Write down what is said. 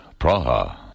Praha